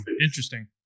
Interesting